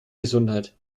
gesundheit